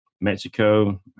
Mexico